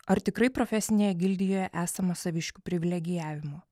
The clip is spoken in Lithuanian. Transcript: ar tikrai profesinėje gildijoje esama saviškių privilegijavimo